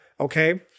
Okay